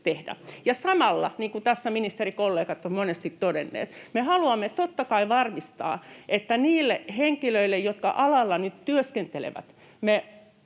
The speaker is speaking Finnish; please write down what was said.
tehdä. Samalla, niin kuin tässä ministerikollegat ovat monesti todenneet, me haluamme totta kai varmistaa, että niille henkilöille, jotka alalla nyt työskentelevät,